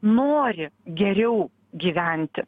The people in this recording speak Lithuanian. nori geriau gyventi